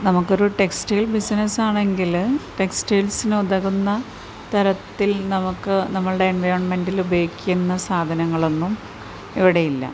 നമുക്കൊരു textile business ആണെങ്കിൽ ടെക്സ്റ്റയിൽസിനുതകുന്ന തരത്തിൽ നമുക്ക് നമ്മുടെ എൻവിയോൺമെൻറ്റിൽ ഉപയോഗിക്കുന്ന സാധനങ്ങളൊന്നും ഇവിടെയില്ല